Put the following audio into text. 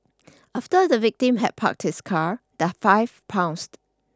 after the victim had parked his car the five pounced